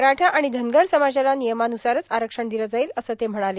मराठा आणि धनगर समाजाला नियमान्सारच आरक्षण दिलं जाईल असं ते म्हणाले